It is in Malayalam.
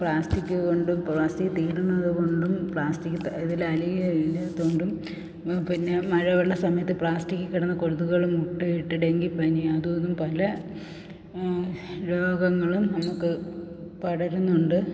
പ്ലാസ്റ്റിക്ക് കൊണ്ടും പ്ലാസ്റ്റിക് തീയിടണത് കൊണ്ടും പ്ലാസ്റ്റിക്ക് ഇതിൽ അലിയേം ഇല്ലാത്തത് കൊണ്ടും പിന്നെ മഴവെള്ളം സമയത്ത് പ്ലാസ്റ്റിക്ക് കിടന്ന് കൊതുകുകൾ മുട്ടയിട്ട് ഡെങ്കിപ്പനീം അതും ഇതും പല രോഗങ്ങളും നമുക്ക് പടരുന്നുണ്ട്